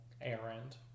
errand